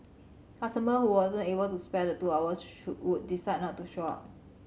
customers who wasn't able to spare the two hours would decide not to show up